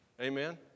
Amen